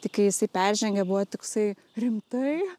tai kai jisai peržengė buvo toksai rimtai